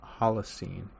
Holocene